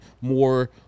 more